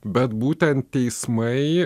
bet būtent teismai